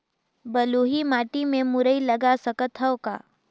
बलुही माटी मे मुरई लगा सकथव का?